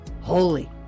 Holy